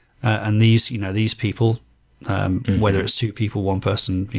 and these you know these people whether it's two people, one person,